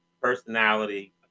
personality